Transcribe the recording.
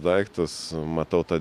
daiktus matau ta